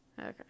Okay